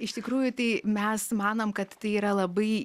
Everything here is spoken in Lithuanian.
iš tikrųjų tai mes manom kad tai yra labai